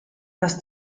dass